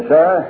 Sir